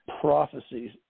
Prophecies